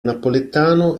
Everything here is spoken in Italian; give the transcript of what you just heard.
napoletano